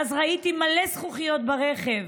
ואז ראיתי מלא זכוכיות ברכב.